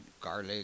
garlic